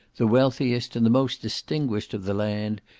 the wealthiest, and the most distinguished of the land,